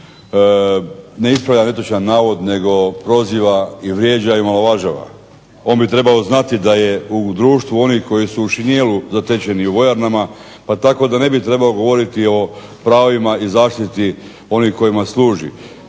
ne ispravlja netočan navod, nego proziva i vrijeđa i omalovažava. On bi trebao znati da je u društvu onih koji su u šinjelu zatečeni u vojarnama, pa tako da ne bi trebao govoriti o pravima i zaštiti onih kojima služi.